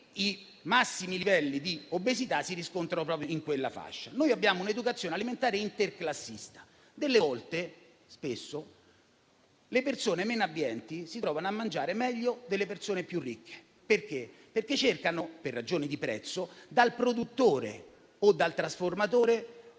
i massimi livelli di obesità si riscontrano proprio in quella fascia. Noi, invece, abbiamo un'educazione alimentare interclassista: spesso le persone meno abbienti si trovano a mangiare meglio delle persone più ricche, perché acquistano, per ragioni di prezzo, dal produttore o dal trasformatore